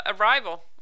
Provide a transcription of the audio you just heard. Arrival